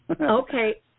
Okay